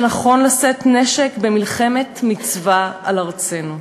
שנכון לשאת נשק במלחמת מצווה על ארצנו.